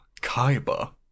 Kaiba